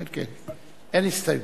התשע"א 2011. אין הסתייגויות.